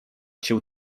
cię